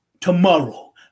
tomorrow